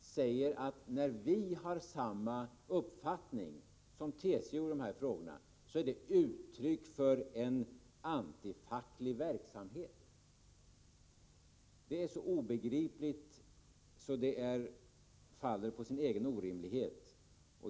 säger att när vi har samma uppfattning som TCO i dessa frågor är det uttryck för en antifacklig verksamhet. Det är så obegripligt att det faller på sin orimlighet.